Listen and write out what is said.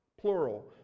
plural